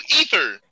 ether